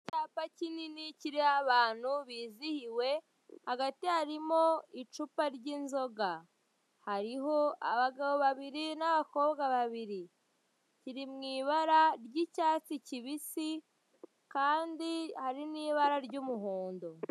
Icyapa kinini kiriho abantu bizihiwe, hagati harimo icupa ry'inzoga, hariho abagabo babiri n'abakobwa babiri, kiri mu ibara ry'icyatsi kibisi kandi hari n'ibara ry'umuhondo.